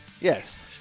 Yes